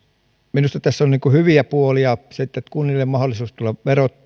minusta tässä on hyviä puolia se että kunnille on mahdollisuus tulla